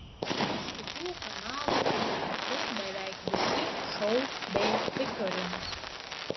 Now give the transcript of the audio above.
iš kitų kanalų surinkti beveik visi šou bei viktorinos